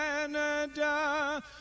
Canada